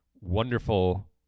wonderful